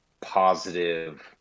positive